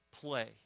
play